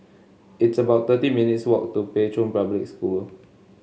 it's about thirty minutes' walk to Pei Chun Public School